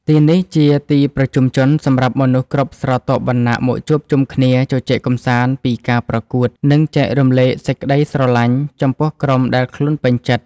ទីនេះជាទីប្រជុំជនសម្រាប់មនុស្សគ្រប់ស្រទាប់វណ្ណៈមកជួបជុំគ្នាជជែកកម្សាន្តពីការប្រកួត និង ចែករំលែកសេចក្តីស្រលាញ់ចំពោះក្រុមដែលខ្លួនពេញចិត្ត។